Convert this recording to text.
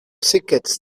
xiquets